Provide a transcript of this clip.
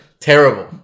Terrible